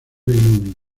reino